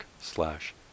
slash